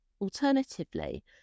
Alternatively